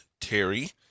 Terry